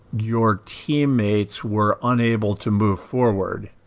your teammates were unable to move forward.